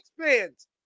fans